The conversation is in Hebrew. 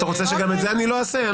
אתה רוצה שגם את זה אני לא אעשה?